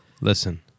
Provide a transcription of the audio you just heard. Listen